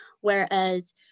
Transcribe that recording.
Whereas